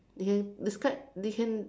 you can describe they can